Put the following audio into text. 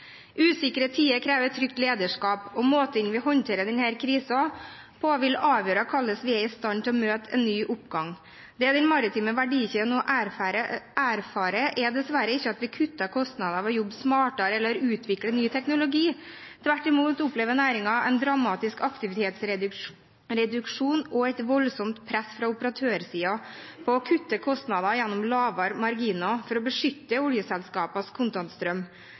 tider krever trygt lederskap, og måten vi håndterer denne krisen på, vil avgjøre hvordan vi er i stand til å møte en ny oppgang. Det den maritime verdikjeden nå erfarer, er dessverre ikke at vi kutter kostnader ved å jobbe smartere eller utvikle ny teknologi – tvert imot opplever næringen en dramatisk aktivitetsreduksjon og et voldsomt press fra operatørsiden for å kutte kostnader gjennom lavere marginer for å beskytte oljeselskapenes kontantstrøm.